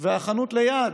והחנות ליד,